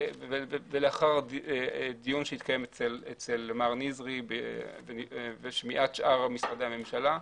לאחר דיון שהתקיים אצל מר נזרי בשמיעת שאר משרדי הממשלה,